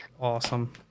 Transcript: awesome